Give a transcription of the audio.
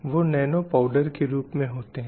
वे डरपोक हैं